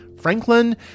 Franklin